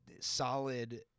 solid